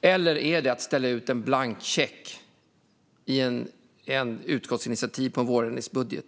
eller är det att ställa ut en blank check i ett utskottsinitiativ gällande en vårändringsbudget?